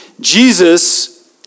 Jesus